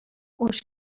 uns